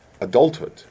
adulthood